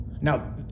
Now